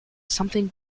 something